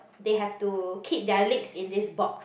they have to keep their legs in this box